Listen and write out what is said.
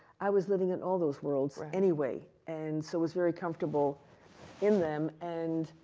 i was living in all those worlds anyway, and so was very comfortable in them. and